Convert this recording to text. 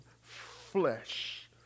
flesh